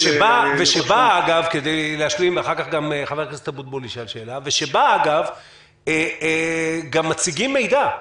ואגב, כדי להשלים, שבה גם מציגים מידע.